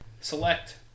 select